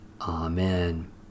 Amen